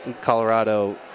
Colorado